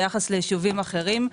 ביחס ליישובים אחרים.